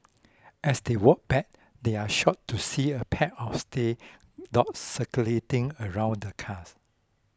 as they walked back they are shocked to see a pack of stay dogs circulating around the cars